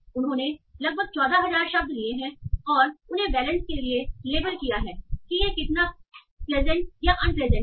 उन्होंने लगभग 14000 शब्द लिए हैं और उन्होंने उन्हें वैलेन्स के लिए लेबल किया है कि यह कितना प्लेजजेंट या अनप्लेजजेंट है